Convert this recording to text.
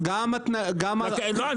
לא, אני